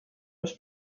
was